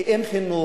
זה כי אין חינוך,